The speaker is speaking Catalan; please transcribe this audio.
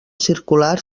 circular